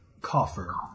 coffer